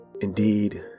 Indeed